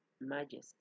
majesty